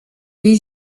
les